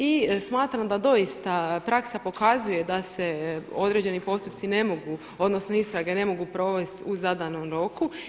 I smatram da doista praksa pokazuje da se određeni postupci, odnosno istrage ne mogu provest u zadanom roku.